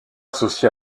associé